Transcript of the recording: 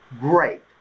great